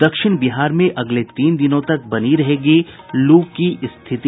दक्षिण बिहार में अगले तीन दिनों तक बनी रहेगी लू की स्थिति